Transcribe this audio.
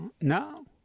No